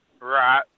Right